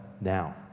now